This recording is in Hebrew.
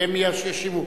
והם ישיבו.